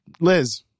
Liz